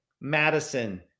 Madison